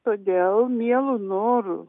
todėl mielu noru